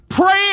Pray